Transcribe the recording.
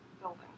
building